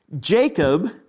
Jacob